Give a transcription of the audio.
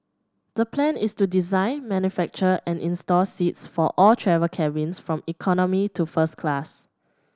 the plan is to design manufacture and install seats for all travel cabins from economy to first class